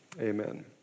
amen